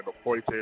Appointed